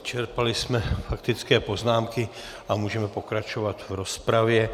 Vyčerpali jsme faktické poznámky a můžeme pokračovat v rozpravě.